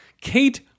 Kate